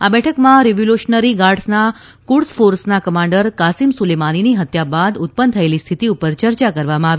આ બેઠકમાં રિવોલ્યુશનરી ગાર્ડસના કુડસ ફોર્સના કમાન્ડર કાસિમ સુલેમાનીની હત્યા બાદ ઉત્પન્ન થયેલી સ્થિતિ પર ચર્ચા કરવામાં આવી